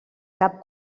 cap